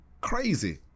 Crazy